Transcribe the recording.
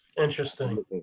Interesting